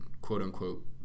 quote-unquote